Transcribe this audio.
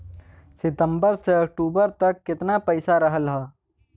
सितंबर से अक्टूबर तक कितना पैसा रहल ह?